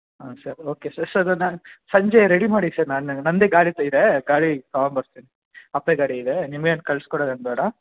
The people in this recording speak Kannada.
ಹಾಂ ಸರ್ ಓಕೆ ಸರ್ ಸರ್ ಅದನ್ನು ಸಂಜೆ ರೆಡಿ ಮಾಡಿ ಸರ್ ನಾನು ನನ್ನದೆ ಗಾಡಿ ಇದೇ ಗಾಡಿ ತಗೊಂಡು ಬರ್ತೇನೆ ಅಪೈ ಗಾಡಿ ಇದೆ ನೀವೇನು ಕಳ್ಸಿ ಕೊಡೋದು ಏನು ಬೇಡ